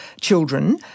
children